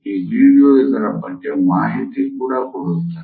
ಈ ವಿಡಿಯೋ ಇದರ ಬಗ್ಗೆ ಮಾಹಿತಿ ಕೊಡುತ್ತದೆ